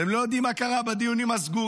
אתם לא יודעים מה קרה בדיונים הסגורים,